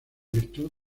virtud